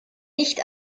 nicht